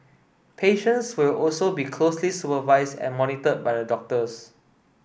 patients will also be closely supervised and monitored by the doctors